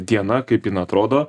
diena kaip ji atrodo